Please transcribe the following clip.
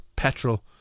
petrol